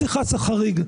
אז נכנס החריג,